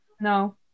No